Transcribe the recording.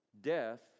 death